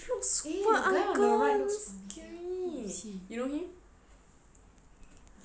eh the guy on the right looks familiar who is he you know him